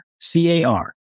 C-A-R